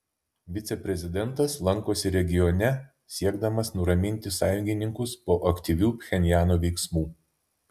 viceprezidentas lankosi regione siekdamas nuraminti sąjungininkus po aktyvių pchenjano veiksmų